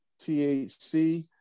THC